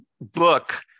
book